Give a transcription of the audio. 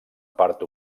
part